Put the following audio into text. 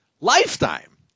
Lifetime